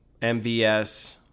MVS